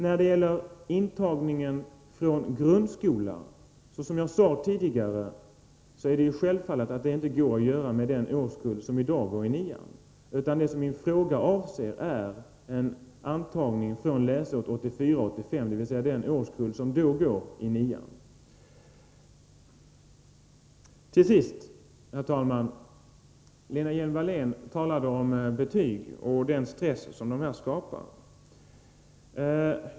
När det gäller intagningen från grundskolan är det självklart, som jag sade tidigare, att det inte kan ske med den årskull som i dag går i nian, utan min fråga avser en antagning från läsåret 1984/85, dvs. den årskull som då går i nian. Lena Hjelm-Wallén talade om betyg och den stress som de skapar.